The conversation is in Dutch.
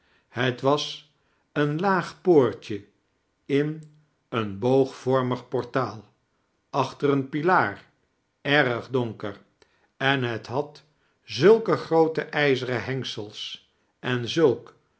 het was een laag poortje in een boogvormig portaal achter een pilaar erg donker en het had zulke groote qzeren hengsels en zulk